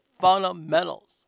fundamentals